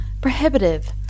prohibitive